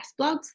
blogs